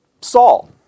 Saul